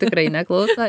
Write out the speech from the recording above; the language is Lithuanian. tikrai neklauso